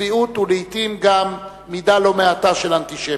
צביעות ולעתים גם מידה לא מועטה של אנטישמיות.